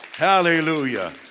Hallelujah